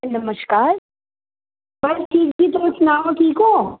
नमस्कार हां ठीक जी तुस सनाओ ठीक ओ